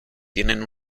tienen